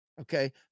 okay